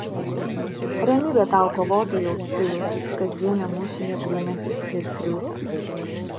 ramybė tau kovotojau tylusis kasdieniam mūšyje grūmęsis ir triūsęs